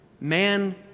man